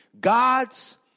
God's